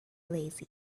lazy